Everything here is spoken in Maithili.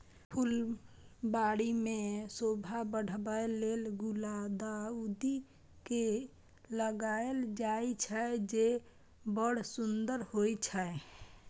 फुलबाड़ी के शोभा बढ़ाबै लेल गुलदाउदी के लगायल जाइ छै, जे बड़ सुंदर होइ छै